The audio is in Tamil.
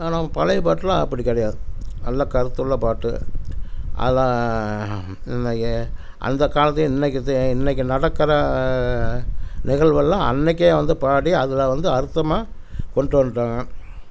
ஆனால் நம்ம பழைய பாட்டுல்லாம் அப்படி கிடையாது நல்ல கருத்துள்ள பாட்டு அதெலாம் இன்றைக்கு அந்த காலத்தில் இன்றைக்கு இன்றைக்கு நடக்கிற நிகழ்வெல்லாம் அன்றைக்கே வந்து பாடி அதில் வந்து அர்த்தமாக கொண்டு வந்துடாங்க